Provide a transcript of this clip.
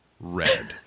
red